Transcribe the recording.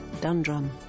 dundrum